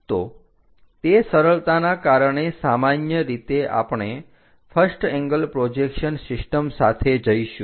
તો તે સરળતાના કારણે સામાન્ય રીતે આપણે ફર્સ્ટ એંગલ પ્રોજેક્શન સિસ્ટમ સાથે જઈશું